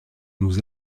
nous